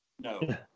No